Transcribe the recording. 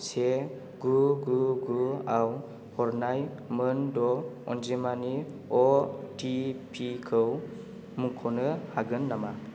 से गु गु गुआव हरनाय मोन द' अनिजमानि अटिपि खौ मख'नो हागोन नामा